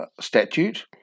statute